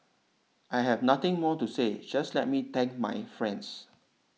I have nothing more to say just let me thank my friends